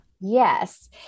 Yes